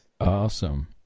awesome